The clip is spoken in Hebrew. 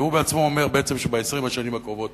והוא עצמו אומר שב-20 השנים הקרובות